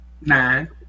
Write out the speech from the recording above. nine